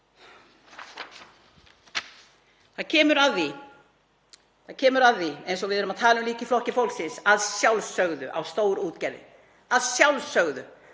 Það kemur að því, eins og við erum að tala um líka í Flokki fólksins, að sjálfsögðu á stórútgerðin — að sjálfsögðu